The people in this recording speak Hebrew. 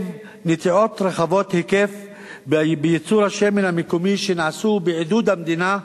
נטיעות רחבות היקף לייצור השמן המקומי שנעשו בעידוד המדינה,